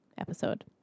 episode